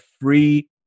free